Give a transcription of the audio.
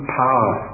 power